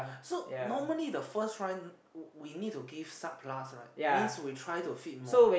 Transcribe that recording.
so normally the first one we need to give subclass right means we try to fit more